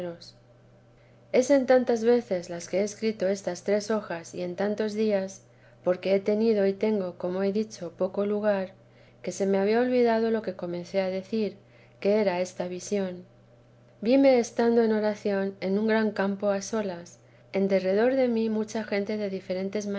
es en tantas veces las que he escrito estas tres hojas y en tantos días porque he tenido y tengo como he dicho poco lugar que se me había olvidado lo que comencé a decir que era esta visión vime estando fl oración en un gran campo a solas en derredor de mí mucha gente de diferentes